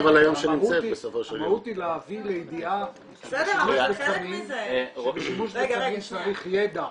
המהות היא להביא לידיעה שבשימוש בסמים צריך ידע,